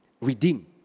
Redeem